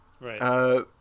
Right